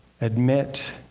Admit